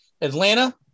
Atlanta